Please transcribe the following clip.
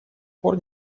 пор